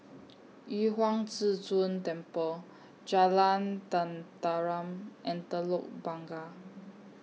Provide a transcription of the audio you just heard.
Yu Huang Zhi Zun Temple Jalan Tenteram and Telok Blangah